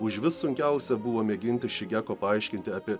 užvis sunkiausia buvo mėginti šigeko paaiškinti apie